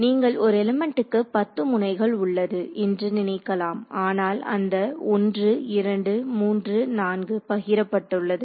நீங்கள் ஒரு எலிமெண்ட்க்கு 10 முனைகள் உள்ளது என்று நினைக்கலாம் ஆனால் அந்த 1 2 3 4 பகிரப்பட்டுள்ளது